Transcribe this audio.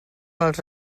els